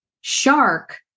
shark